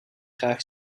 graag